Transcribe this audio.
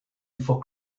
for